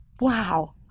Wow